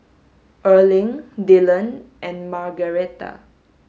Erling Dyllan and Margaretta